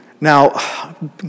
Now